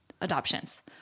adoptions